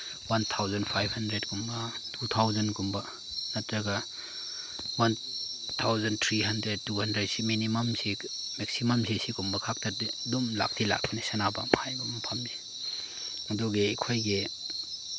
one thousand five ꯍꯟꯗ꯭ꯔꯦꯠꯀꯨꯝꯕ two ꯊꯥꯎꯖꯟꯒꯨꯝꯕ ꯅꯠꯇ꯭ꯔꯒ one thousand three hundred two hundred ꯁꯤ ꯃꯤꯅꯤꯃꯝꯁꯤ ꯃꯦꯛꯁꯤꯃꯝꯁꯤ ꯁꯤꯒꯨꯝꯕ ꯈꯛꯇꯗꯤ ꯑꯗꯨꯝ ꯂꯥꯛꯇꯤ ꯂꯥꯛꯄꯅꯦ ꯁꯥꯟꯅꯕ ꯍꯥꯏꯕ ꯃꯐꯝꯁꯤ ꯑꯗꯨꯒꯤ ꯑꯩꯈꯣꯏꯒꯤ